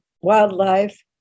wildlife